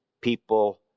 people